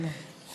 כן.